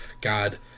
God